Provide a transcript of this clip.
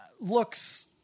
looks